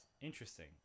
Interesting